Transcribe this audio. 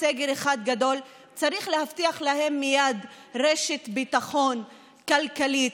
סגר אחד גדול צריך להבטיח להם מייד רשת ביטחון כלכלית,